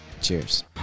cheers